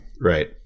Right